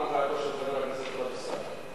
הסיכום הוא על דעתו של חבר הכנסת טלב אלסאנע.